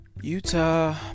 Utah